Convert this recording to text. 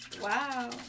Wow